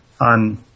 on